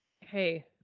Hey